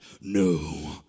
no